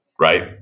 Right